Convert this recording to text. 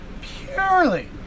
purely